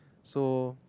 so